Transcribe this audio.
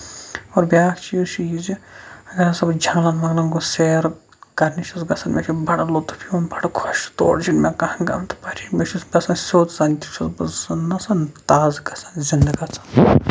اور بیٛاکھ چیٖز چھُ یہِ زِ اَگر ہسا بہٕ جَنٛگلن وَنٛگلن گوٚو سیر کرنہِ چھُس گژھان مےٚ چھُ بَڈٕ لُطُف یِوان بَڈٕ خۄش تور چھُنہٕ مےٚ کانٛہہ گنٛد بٔرِتھ مےٚ چھُ باسان سیوٚد زَن تہِ چھُس بہٕ سُہ چھُ نہَ آسان تازٕ گژھان زِنٛدٕ گژھان